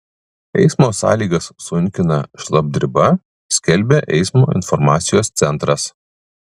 eismo sąlygas sunkina šlapdriba skelbia eismo informacijos centras